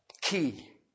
key